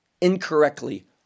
incorrectly